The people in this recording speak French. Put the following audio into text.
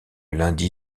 lundi